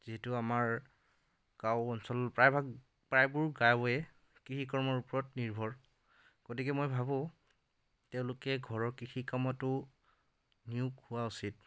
যিহেতু আমাৰ গাঁও অঞ্চল প্ৰায়ভাগ প্ৰায়বোৰ গাঁওৱে কৃষি কৰ্মৰ ওপৰত নিৰ্ভৰ গতিকে মই ভাবোঁ তেওঁলোকে ঘৰৰ কৃষি কামতো নিয়োগ হোৱা উচিত